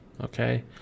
Okay